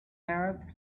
arab